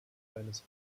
seines